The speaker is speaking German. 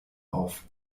auf